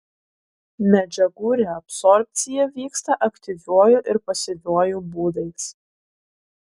medžiagų reabsorbcija vyksta aktyviuoju ir pasyviuoju būdais